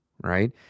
right